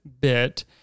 bit